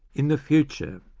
in the future,